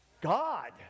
God